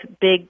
big